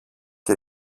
και